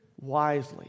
wisely